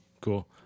Cool